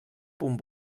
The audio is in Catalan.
punt